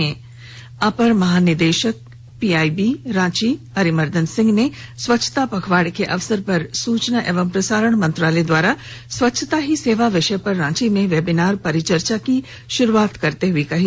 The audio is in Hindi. ये बातें अपर महानिदेशक पीआईबी रांची अरिमर्दन सिंह ने स्वच्छता पखवाड़ा के अवसर पर सूचना एवं प्रसारण मंत्रालय द्वारा स्वच्छता ही सेवा विषय पर रांची में वेबिनार परिचर्चा की शुरुआत करते हुए कहीं